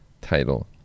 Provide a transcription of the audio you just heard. title